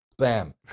Bam